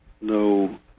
no